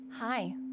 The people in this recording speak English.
Hi